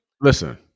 Listen